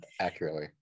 accurately